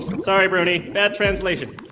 sorry, bruni. bad translation.